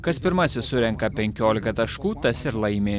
kas pirmasis surenka penkiolika taškų tas ir laimi